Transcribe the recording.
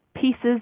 pieces